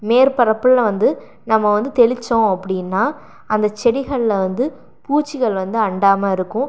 மேற்பரப்பில் வந்து நம்ம வந்து தெளித்தோம் அப்படின்னால் அந்த செடிகளில் வந்து பூச்சிகள் வந்து அண்டாமல் இருக்கும்